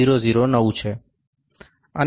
009 છે